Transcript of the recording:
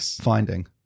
finding